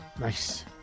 Nice